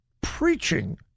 preaching